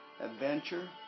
adventure